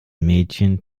mädchen